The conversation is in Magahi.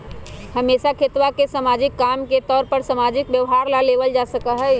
हमेशा खेतवा के सामाजिक काम के तौर पर सामाजिक व्यवहार ला लेवल जा सका हई